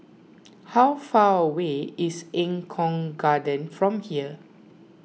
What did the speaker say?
how far away is Eng Kong Garden from here